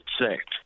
sick